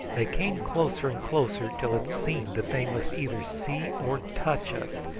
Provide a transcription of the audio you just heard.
they came closer and closer, till it seemed that they must either see or touch us,